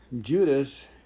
Judas